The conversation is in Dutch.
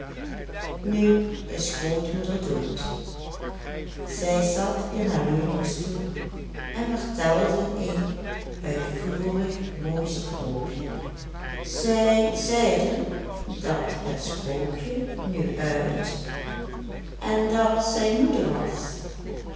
nu is grootmoeder dood zij zat in haar leuningstoel en vertelde een uitvoerig mooi sprookje zij zeide dat het sprookje nu uit en dat zij moede was